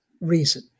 reason